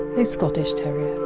a scottish terrier.